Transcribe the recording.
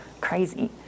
crazy